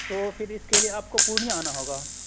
تو پھر اس کے لیے آپ کو پورنیہ آنا ہوگا